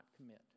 commit